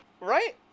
Right